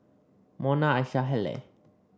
Monna Asha Halle